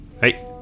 Hey